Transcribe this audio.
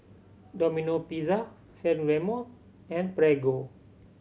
Domino Pizza San Remo and Prego